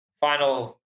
final